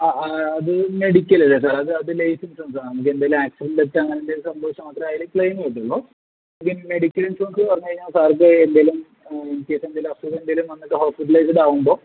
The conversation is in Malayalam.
അത് മെഡിക്കൽ അല്ല സാർ അത് അത് ലൈഫ് ഇൻഷുറൻസ് ആണ് നമുക്ക് എന്തെങ്കിലും ആക്സിഡന്റ് പറ്റുകയാണെങ്കിൽ അങ്ങനെ എന്തെങ്കിലും സംഭവിച്ചാൽ മാത്രമേ അതില് ക്ലെയിം കിട്ടുകയുളളു ഇത് മെഡിക്കൽ ഇൻഷുറൻസ് എന്ന് പറഞ്ഞ് കഴിഞ്ഞാൽ സാറിൻ്റെ എന്തെങ്കിലും ഇൻ കേസ് എന്തെങ്കിലും അസുഖം എന്തെങ്കിലും വന്നിട്ട് ഹോസ്പിറ്റലൈസ്ഡ് ആവുമ്പോൾ